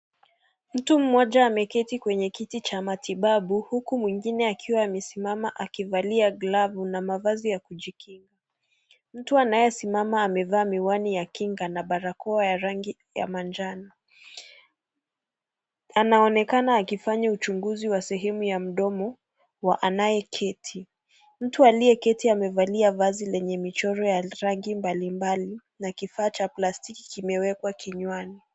Mtu mmoja ameketi kwenye kiti cha matibabu. Huku mwingine akiwa amesimama akivalia glavu na mavazi ya kujikinga. Mtu anayesimama amevaa miwani ya kinga na barakoa ya rangi ya manjano. Anaonekana akifanye uchunguzi wa sahemu ya mdomo wa anayeketi. Mtu aliyeketi amevalia vazi lenye michoro ya rangi mbalimbali na kifaa cha plastiki kimewekwa kinywani.